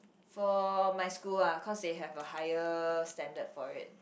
for my school ah cause they have a higher standard for it